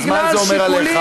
אז מה זה אומר עליך?